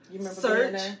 Search